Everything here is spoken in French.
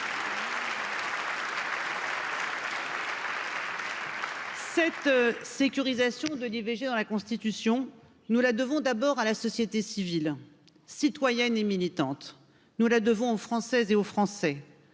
Cette sécurisation de l'i V G dans la Constitution, nous la devons d'abord à la société civile citoyenne et militante, nous la devons aux Français et aux Français